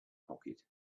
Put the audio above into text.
pocket